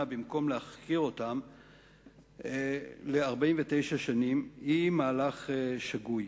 במקום להחכיר אותן ל-49 שנים היא מהלך שגוי.